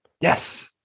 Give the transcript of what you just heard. Yes